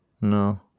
No